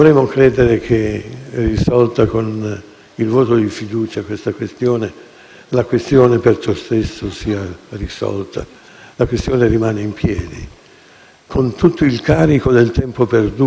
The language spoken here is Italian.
con tutto il carico del tempo perduto, delle offese gratuite e del bisogno qua e là di cercare gli spazi del populismo che hanno